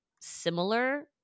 similar